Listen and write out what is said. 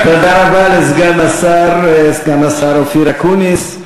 תודה רבה לסגן השר אופיר אקוניס.